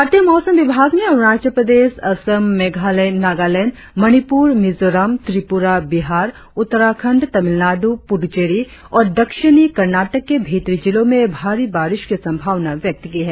भारतीय मौसम विभाग ने अरुणाचल प्रदेश असम मेघालय नगालैंड मणिपुर मिजोरम त्रिपुरा बिहार उत्तराखंड तमिलनाडु पुद्दुचेरी और दिक्षिणी कर्नाटक के भीतरी जिलों में भारी बारिश की संभावना व्यक्त की है